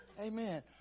Amen